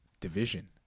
division